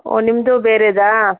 ಓಹ್ ನಿಮ್ಮದು ಬೇರೆಯದಾ